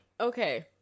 Okay